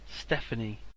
Stephanie